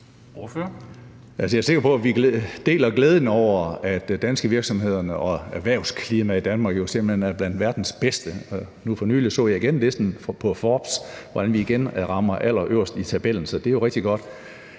Jeg er sikker på, at vi deler glæden over, at danske virksomheder og erhvervsklimaet i Danmark jo simpelt hen er blandt verdens bedste. Nu for nylig så jeg listen på Forbes med, hvordan vi igen rammer allerøverst i tabellen. Så det er jo rigtig godt.